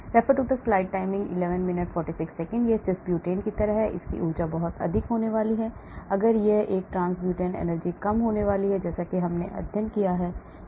E ∑ A 1 cos nτ ϕ torsions यह cis butane की तरह है इसलिए ऊर्जा बहुत अधिक होने वाली है अगर यह एक trans butane energy कम होने वाली है जैसा कि हमने अध्ययन किया होगा